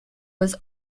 was